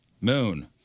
Moon